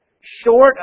Short